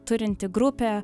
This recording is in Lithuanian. turinti grupė